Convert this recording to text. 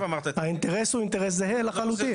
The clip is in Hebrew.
האינטרס הוא אינטרס זהה לחלוטין.